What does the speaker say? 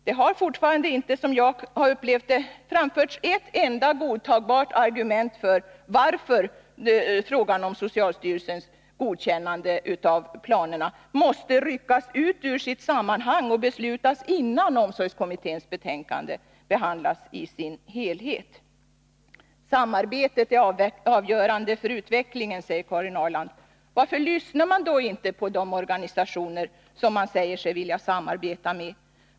Det har fortfarande inte, som jag har upplevt det, framförts ett enda godtagbart argument för att frågan om socialstyrelsens godkännande av planerna måste ryckas ut ur sitt sammanhang och beslutas innan omsorgskommitténs betänkande behandlas i sin helhet. Samarbetet är avgörande för utvecklingen, säger Karin Ahrland. Varför lyssnar man då inte på de organisationer som man säger sig vilja samarbeta med?